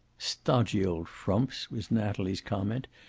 stodgy old frumps! was natalie's comment.